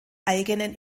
eigenen